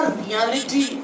reality